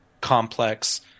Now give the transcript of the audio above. complex